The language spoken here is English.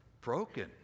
broken